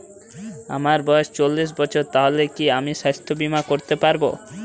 আমার বয়স চল্লিশ বছর তাহলে কি আমি সাস্থ্য বীমা করতে পারবো?